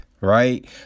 right